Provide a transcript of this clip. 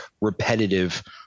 repetitive